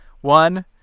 one